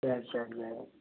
சரி சரி சரி